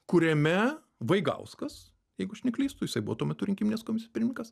kuriame vaigauskas jeigu aš neklystu jisai buvo tuo metu rinkiminės komisijos pirmininkas